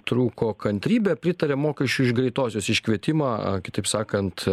trūko kantrybė pritarė mokesčiui uš greitosios iškvietimą kitaip sakant